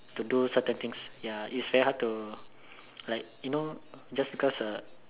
to do certain things ya it's very hard to like you know just because uh